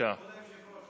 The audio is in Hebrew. כבוד היושב-ראש,